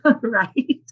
Right